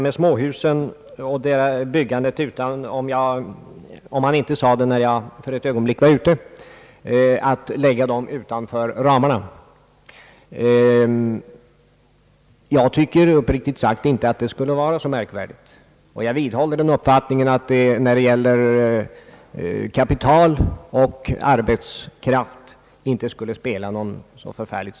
med småhusen och byggandet — om han inte gjorde det när jag ett ögonblick var ute — alltså förslaget att läg ga dem utanför ramen. Jag tycker uppriktigt sagt inte att det skulle vara så märkvärdigt, och jag vidhåller min uppfattning att det inte skulle spela så värst stor roll när det gäller kapital och arbetskraft.